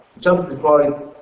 justified